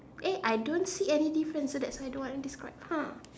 eh I don't see any difference so that's why I don't want describe !huh!